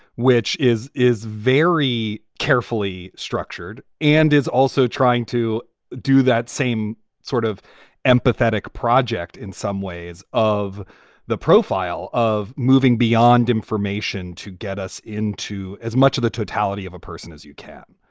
which is is very carefully structured and is also trying to do that same sort of empathetic project in some ways of the profile of moving beyond information to get us into as much of the totality of a person as you can.